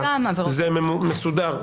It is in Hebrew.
זה מסודר.